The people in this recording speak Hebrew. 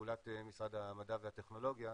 לפעולת משרד המדע והטכנולוגיה.